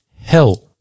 hell